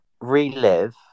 relive